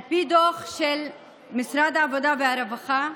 על פי דוח של משרד העבודה והרווחה,